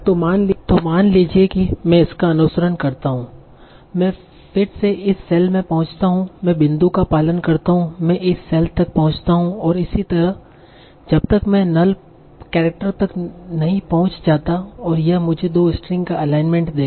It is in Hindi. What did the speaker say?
तो मान लीजिए कि मैं इसका अनुसरण करता हूं मैं फिर से इस सेल में पहुँचता हूँ मैं बिंदु का पालन करता हूं मैं इस सेल तक पहुंचता हूं और इसी तरह जब तक मैं null केरेक्टर तक नहीं पहुंच जाता और यह मुझे दो स्ट्रिंग का अलाइनमेंट देगा